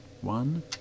One